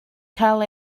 cael